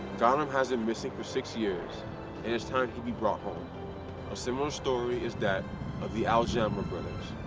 ganem has been missing for six years and it's time he brought home. a similar story is that of the aljamrah brothers.